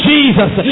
Jesus